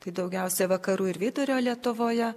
tai daugiausia vakarų ir vidurio lietuvoje